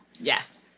Yes